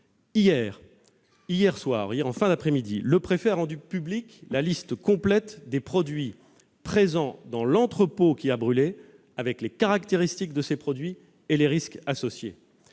Hier, en fin d'après-midi, le préfet a rendu publique la liste complète des produits présents dans l'entrepôt qui a brûlé avec les caractéristiques de ces produits et les risques associés.